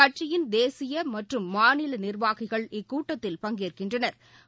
கட்சியின் தேசியமற்றும் மாநிலநிா்வாகிகள் இக்கூட்டத்தில் பங்கேற்கின்றனா்